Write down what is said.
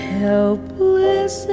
helpless